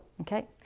Okay